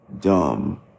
dumb